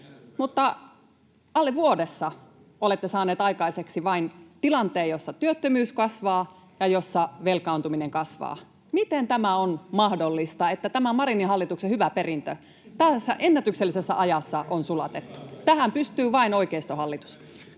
Mutta alle vuodessa olette saaneet aikaiseksi vain tilanteen, jossa työttömyys kasvaa ja jossa velkaantuminen kasvaa. Miten tämä on mahdollista, että tämä Marinin hallituksen hyvä perintö tässä ennätyksellisessä ajassa on sulatettu? Tähän pystyy vain oikeistohallitus.